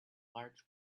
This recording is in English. large